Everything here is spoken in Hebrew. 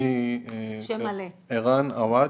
ערן עואץ.